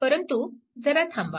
परंतु जरा थांबा